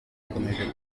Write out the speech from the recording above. ikomeje